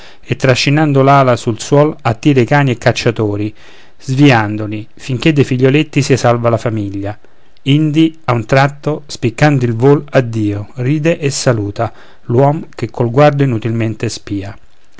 e trascinando l'ala sul suol attira i cani e i cacciatori sviandoli finché dei figlioletti sia salva la famiglia indi ad un tratto spiccando il vol addio ride e saluta l'uom che col guardo inutilmente spia